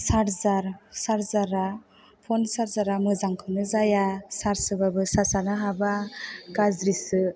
सार्जार सार्जारआ फ'न सार्जारआ मोजांखौनो जाया सार्ज होबाबो सार्जआनो हाबा गाज्रिसो